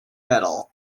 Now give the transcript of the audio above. medal